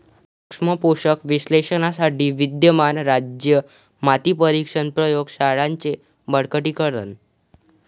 सूक्ष्म पोषक विश्लेषणासाठी विद्यमान राज्य माती परीक्षण प्रयोग शाळांचे बळकटीकरण